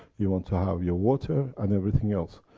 you want to have your water, and everything else.